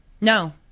No